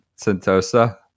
Sentosa